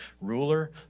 ruler